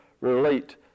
relate